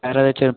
வேறு ஏதாச்சும்